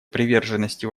приверженности